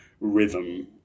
rhythm